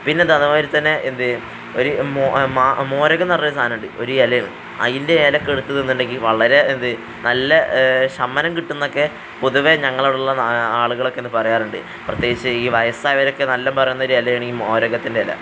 പിന്നെയിത് അതേമാരിത്തന്നെ എന്ത് ഒരു മോരകം എന്നുപറഞ്ഞ സാധനമുണ്ട് ഒരു ഇലയാണ് അതിൻ്റെ ഇലയൊക്കെ എടുത്ത് തിന്നിട്ടുണ്ടെങ്കിൽ വളരെ എന്തുനല്ല ശമനം കിട്ടുമെന്നൊക്കെ പൊതുവേ ഞങ്ങളുടെ അവിടെയുള്ള ആളുകളൊക്കെയെന്ന് പറയാറുണ്ട് പ്രത്യേകിച്ച് ഈ വയസ്സായവരൊക്കെ നല്ലത് പറയുന്ന ഒരിലയാണ് ഈ മോരകത്തിൻ്റെ ഇല